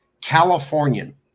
Californian